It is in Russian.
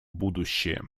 будущее